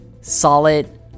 solid